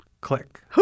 Click